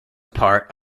part